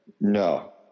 No